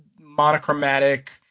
monochromatic